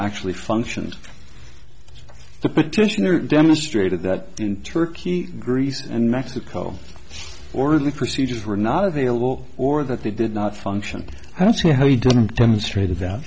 actually functions the petitioner demonstrated that in turkey greece and mexico or the procedures were not available or that they did not function i don't see how he didn't demonstrated that